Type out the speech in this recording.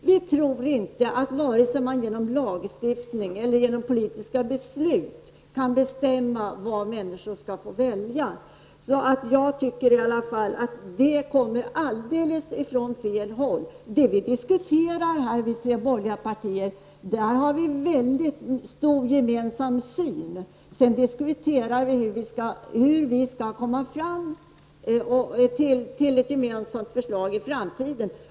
Vi tror inte att man vare sig genom lagstiftning eller genom politiska beslut kan bestämma vad människor skall välja. Den kritiken kommer från alldeles fel håll. Beträffande detta har vi tre borgerliga partier ett gemensamt synsätt. Det vi diskuterar är hur vi skall komma fram till ett gemensamt förslag i framtiden.